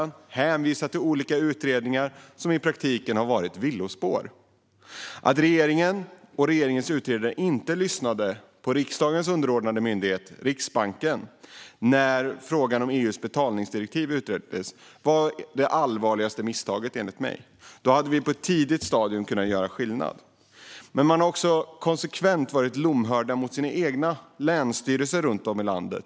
Han har hänvisat till olika utredningar som i praktiken har varit villospår. Att regeringen och regeringens utredare inte lyssnade på riksdagens underordnade myndighet Riksbanken när frågan om EU:s betalningsdirektiv utreddes var enligt mig det allvarligaste misstaget. Hade de gjort det hade vi kunnat göra skillnad på ett tidigt stadium. Man har också konsekvent varit lomhörd mot sina egna länsstyrelser runt om i landet.